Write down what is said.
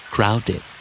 Crowded